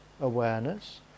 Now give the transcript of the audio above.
awareness